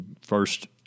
first